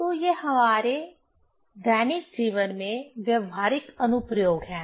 तो ये हमारे दैनिक जीवन में व्यावहारिक अनुप्रयोग हैं